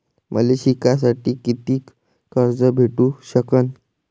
मले शिकासाठी कितीक कर्ज भेटू सकन?